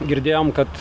girdėjome kad